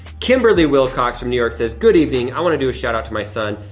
kimberly wilcox from new york says, good evening, i wanna do a shout-out to my son,